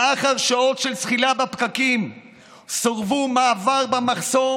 לאחר שעות של זחילה בפקקים סורבו במעבר במחסום